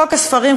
חוק הספרים,